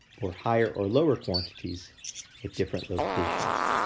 or higher or lower quantities at different locations.